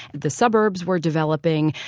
the suburbs were developing.